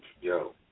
yo